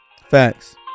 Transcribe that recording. facts